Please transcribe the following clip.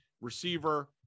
Receiver